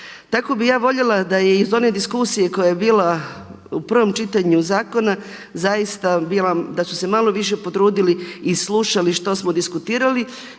Tako bih ja voljela da je iz one diskusije koja je bila u prvom čitanju zakona zaista bila, da su se malo više potrudili i slušali što smo diskutirali